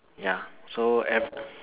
ya so ev~